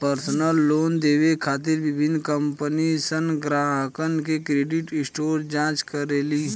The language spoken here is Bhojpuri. पर्सनल लोन देवे खातिर विभिन्न कंपनीसन ग्राहकन के क्रेडिट स्कोर जांच करेली